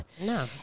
No